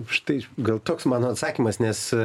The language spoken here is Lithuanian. štai gal toks mano atsakymas nes